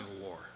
war